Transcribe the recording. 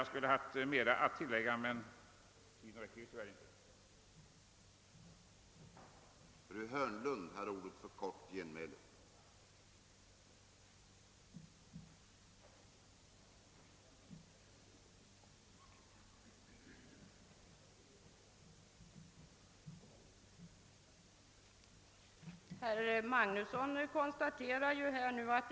Jag skulle ha haft mera att säga, men tiden räcker tyvärr inte till.